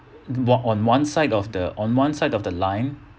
on one side of the on one side of the line